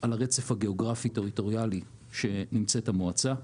על הרצף הגאוגרפי-טריטוריאלי בו נמצאת המועצה,